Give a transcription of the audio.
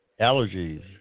allergies